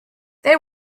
they